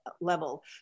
level